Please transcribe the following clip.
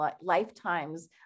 lifetimes